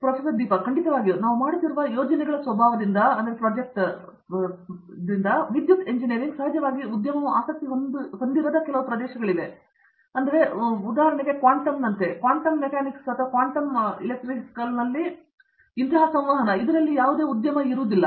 professor Deepa Venkatesh ಖಂಡಿತವಾಗಿಯೂ ನಾವು ಮಾಡುತ್ತಿರುವ ಯೋಜನೆಗಳ ಸ್ವಭಾವದಿಂದ ವಿದ್ಯುತ್ ಎಂಜಿನಿಯರಿಂಗ್ ಸಹಜವಾಗಿ ಉದ್ಯಮವು ಆಸಕ್ತಿ ಹೊಂದಿರದ ಕೆಲವು ಪ್ರದೇಶಗಳಿವೆ ಉದಾಹರಣೆಗೆ ಕ್ವಾಂಟಮ್ನಂತೆ ಉದಾಹರಣೆಗೆ ಸಂವಹನ ಸರಿ